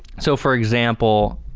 so, for example,